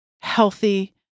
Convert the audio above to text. healthy